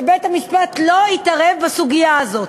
ובית-המשפט לא יתערב בסוגיה הזאת.